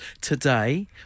Today